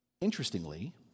Interestingly